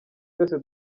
twese